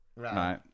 Right